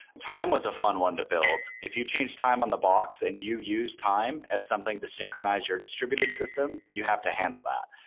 time was a fun one to build. if you change time on the box and you used time as something to synchronize your distributed system, you have to handle that.